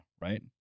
right